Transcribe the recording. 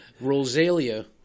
Rosalia